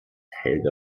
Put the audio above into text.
helga